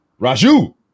Raju